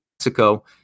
Mexico